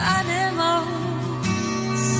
animals